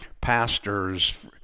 pastors